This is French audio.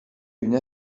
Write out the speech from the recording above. une